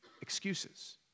excuses